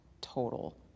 total